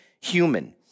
human